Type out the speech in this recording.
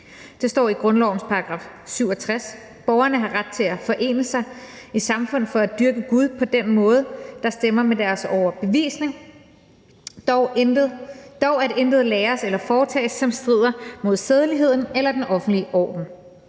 Der står i grundlovens § 67: »Borgerne har ret til at forene sig i samfund for at dyrke gud på den måde, der stemmer med deres overbevisning, dog at intet læres eller foretages, som strider mod sædeligheden eller den offentlige orden.«